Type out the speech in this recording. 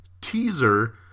Teaser